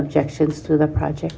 objections to the project